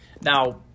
Now